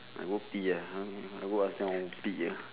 I go pee ah I want I go ask them I want pee ah